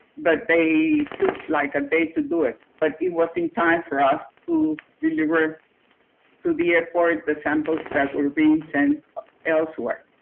but they took like a day to do it. but it was in time for us to deliver to the airport the samples that were being sent elsewhere.